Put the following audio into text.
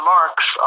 Marks